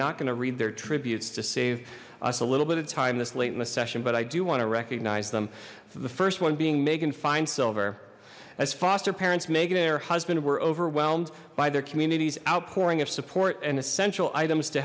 not going to read their tributes to save us a little bit of time this late in the session but i do want to recognize them the first one being megan fine silver as foster parents megan and her husband were overwhelmed by their community's outpouring a support and essential items to